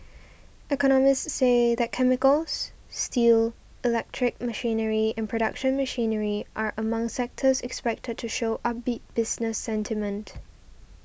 economists say that chemicals steel electric machinery and production machinery are among sectors expected to show upbeat business sentiment